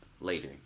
Later